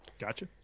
Gotcha